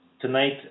tonight